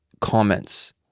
comments